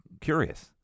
curious